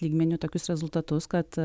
lygmeniu tokius rezultatus kad